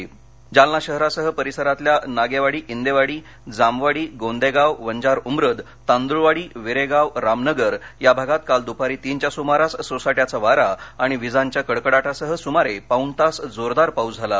आता पावसाच्या बातम्या जालना शहरासह परिसरातल्या नागेवाडी इंदेवाडी जामवाडी गोंदेगाव वंजारउम्रद तांदुळवाडी विरेगाव रामनगर या भागात काल दूपारी तीनच्या सुमारास सोसाट्याचा वारा आणि विजांच्या कडकडाटासह सुमारे पाऊण तास जोरदार पाऊस झाला